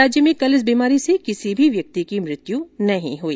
राज्य में कल इस बीमारी से किसी भी व्यक्ति की मृत्यु नहीं हुई